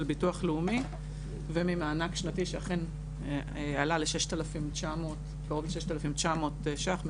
ביטוח לאומי וממענק שנתי שאכן עלה לקרוב ל-6,900 שקלים,